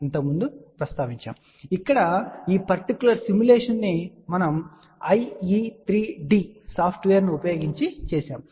కాబట్టి ఇక్కడ ఈ పర్టిక్యులర్ సిమ్యులేషన్ ను మనము IE3D సాఫ్ట్వేర్ను ఉపయోగించి చేసాము